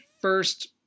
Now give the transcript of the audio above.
first